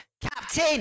Captain